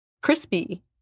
Crispy